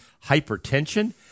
hypertension